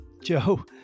Joe